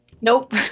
Nope